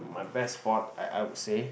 my best sport I I would say